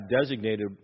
designated